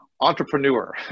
entrepreneur